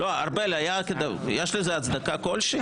ארבל, יש לזה הצדקה כלשהי?